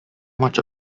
much